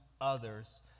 others